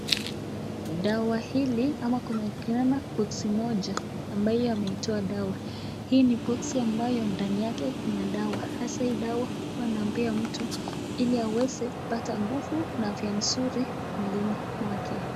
Dawa hili ama tunaona boksi moja ambaye ameitowa dawa hii ni boksi , ambayo ndani yake kuna dawa sasa hii dawa tunampea mtu ili aweze kupata nguvu na afya nzuri mwilini mwake.